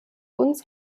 uns